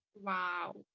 wow